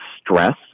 stress